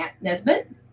Nesbitt